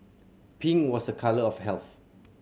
pink was a colour of health